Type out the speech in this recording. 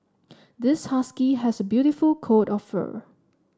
this husky has a beautiful coat of fur